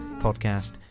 podcast